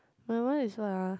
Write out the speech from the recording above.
my one is what ah